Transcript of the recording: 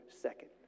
second